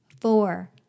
Four